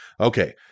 Okay